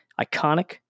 Iconic